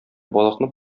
балыкны